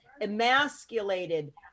emasculated